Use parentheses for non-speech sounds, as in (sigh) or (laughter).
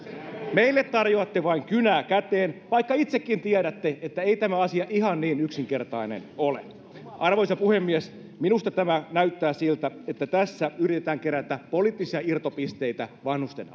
meille tarjoatte vain kynää käteen vaikka itsekin tiedätte että ei tämä asia ihan niin yksinkertainen ole arvoisa puhemies minusta tämä näyttää siltä että tässä yritetään kerätä poliittisia irtopisteitä vanhusten (unintelligible)